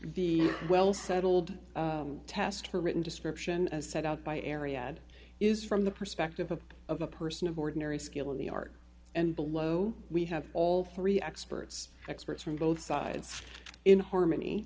the well settled test for written description as set out by ariad is from the perspective of a person of ordinary skill in the art and below we have all three experts experts from both sides in